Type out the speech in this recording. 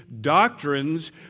doctrines